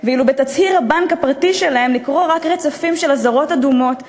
ואילו בתצהיר הבנק הפרטי שלהם לקרוא רק רצפים של אזהרות אדומות והתראות,